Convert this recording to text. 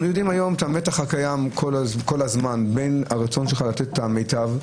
אנחנו יודעים היום את המתח הקיים כל הזמן בין הרצון שלך לתת את המיטב,